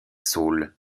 saules